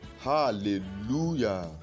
Hallelujah